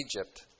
Egypt